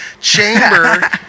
chamber